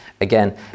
Again